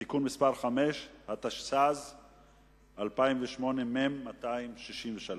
(תיקון מס' 5), התשס"ז 2006, מ/263,